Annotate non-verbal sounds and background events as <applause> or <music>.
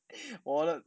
<laughs> 我的